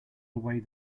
away